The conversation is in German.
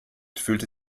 fühlt